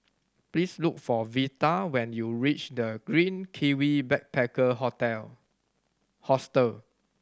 please look for Vita when you reach The Green Kiwi Backpacker Hostel